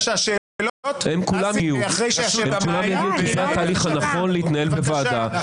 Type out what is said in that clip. הם כולם יגיעו כי זה התהליך הנכון להתנהל בוועדה.